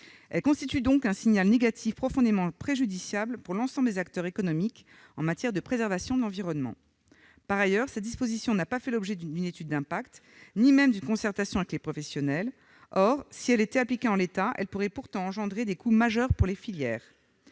Elle constitue donc un signal négatif profondément préjudiciable à l'ensemble des acteurs économiques en matière de préservation de l'environnement. Par ailleurs, cette disposition n'a pas fait l'objet d'une étude d'impact, ni même d'une concertation avec les professionnels. Or, si elle était appliquée en l'état, elle pourrait engendrer des coûts majeurs pour les filières.